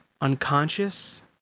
unconscious